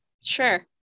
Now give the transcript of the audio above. Sure